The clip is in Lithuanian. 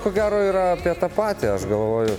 ko gero yra apie tą patį aš galvoju